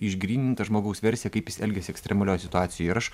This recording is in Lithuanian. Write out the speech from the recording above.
išgrynintą žmogaus versiją kaip jis elgiasi ekstremalioj situacijoj ir aš